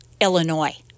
Illinois